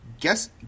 Guess